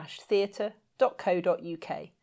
theatre.co.uk